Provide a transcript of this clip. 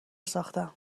ساختم